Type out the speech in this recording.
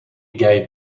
gave